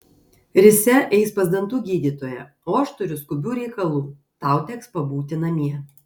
risia eis pas dantų gydytoją o aš turiu skubių reikalų tau teks pabūti namie